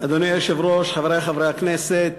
אדוני היושב-ראש, חברי חברי הכנסת,